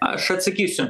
aš atsakysiu